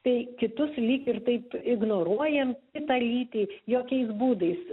tai kitus lyg ir taip ignoruojam kitą lytį jokiais būdais